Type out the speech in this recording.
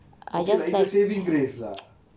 okay lah it's a saving grace lah